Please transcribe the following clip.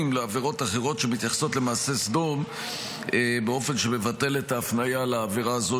לעבירות אחרות שמתייחסות למעשה סדום באופן שמבטל את ההפניה לעבירה הזו,